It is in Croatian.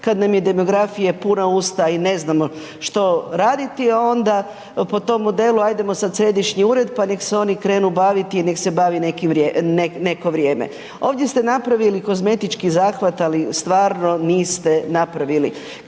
kad nam je demografija puna usta i ne znamo što raditi, e onda po tom modelu, hajdemo sad središnji ured pa nek se oni krenu baviti i nek se bavi neko vrijeme. Ovdje se napravili kozmetički zahvat, ali stvarno, niste napravili.